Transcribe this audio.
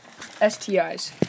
STIs